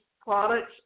products